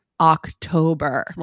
October